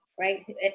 right